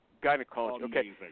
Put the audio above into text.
Gynecology